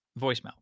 voicemail